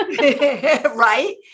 Right